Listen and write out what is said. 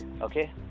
Okay